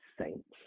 Saints